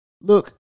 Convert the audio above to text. look